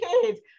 kids